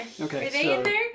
Okay